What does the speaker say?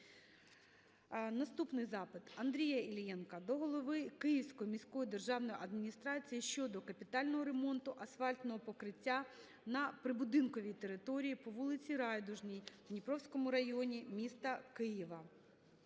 Наступний запит Андрія Іллєнка до голови Київської міської державної адміністрації щодо капітального ремонту асфальтного покриття на прибудинковій території по вулиці Райдужній в Дніпровському районі міста Києва.